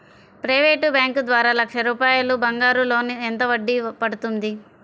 Private bank ద్వారా లక్ష రూపాయలు బంగారం లోన్ ఎంత వడ్డీ పడుతుంది?